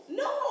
no